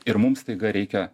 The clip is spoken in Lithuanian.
ir mums staiga reikia